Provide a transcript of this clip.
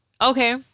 Okay